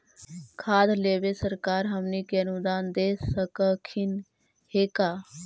खाद लेबे सरकार हमनी के अनुदान दे सकखिन हे का?